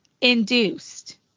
induced